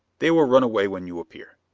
they will run away when you appear.